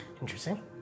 Interesting